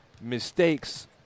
mistakes